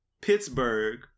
Pittsburgh